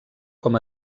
com